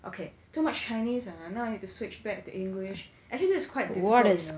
okay too much chinese ah now I need to switch back to english actually this is quite difficult you know